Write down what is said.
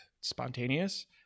spontaneous